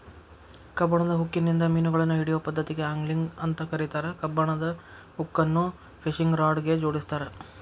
ಕಬ್ಬಣದ ಹುಕ್ಕಿನಿಂದ ಮಿನುಗಳನ್ನ ಹಿಡಿಯೋ ಪದ್ದತಿಗೆ ಆಂಗ್ಲಿಂಗ್ ಅಂತ ಕರೇತಾರ, ಕಬ್ಬಣದ ಹುಕ್ಕನ್ನ ಫಿಶಿಂಗ್ ರಾಡ್ ಗೆ ಜೋಡಿಸಿರ್ತಾರ